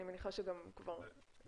אני מניחה שכבר נבדק.